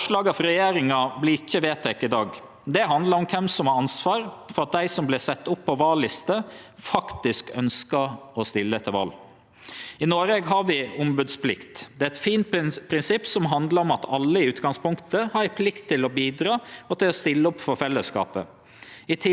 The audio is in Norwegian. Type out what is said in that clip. I Noreg har vi ombodsplikt. Det er eit fint prinsipp som handlar om at alle i utgangspunktet har ei plikt til å bidra og til å stille opp for fellesskapet. I tillegg sikrar plikta at veljarane kan stole på at dei som står på stemmesetelen, faktisk er villige til å verte valde, og at dei som vert valde inn, tek imot valet.